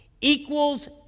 equals